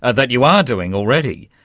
ah that you are doing already,